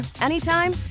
anytime